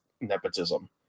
nepotism